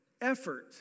effort